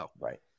Right